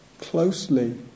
closely